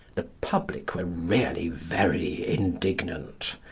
the public were really very indignant.